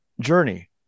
journey